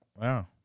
Wow